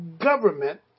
government